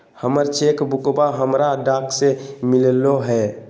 हमर चेक बुकवा हमरा डाक से मिललो हे